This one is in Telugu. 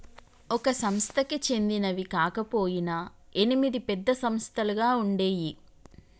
ఒక సంస్థకి చెందినవి కాకపొయినా ఎనిమిది పెద్ద సంస్థలుగా ఉండేయ్యి